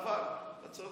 נפתלי זה נבל, אתה צודק.